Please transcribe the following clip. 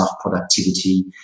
productivity